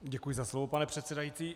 Děkuji za slovo, pane předsedající.